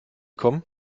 kommen